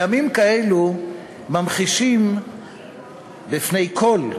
ימים כאלו ממחישים בפנֵי כול,